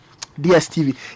DSTV